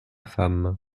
femme